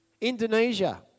Indonesia